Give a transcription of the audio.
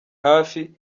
hafi